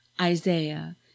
isaiah